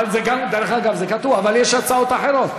דרך אגב, זה קטוע, אבל יש הצעות אחרות.